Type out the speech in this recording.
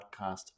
podcast